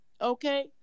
Okay